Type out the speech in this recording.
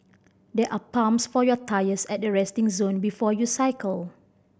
there are pumps for your tyres at the resting zone before you cycle